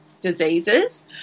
diseases